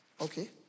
okay